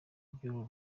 iby’uru